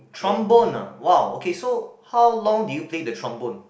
trombone uh wow okay so how long did you play the trombone